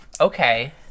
okay